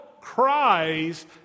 cries